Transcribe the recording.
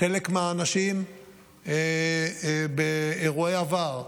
חלק מהאנשים באירועי עבר,